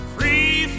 Free